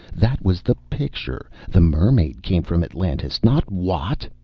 that was the picture! the mermaid came from atlantis, not watt!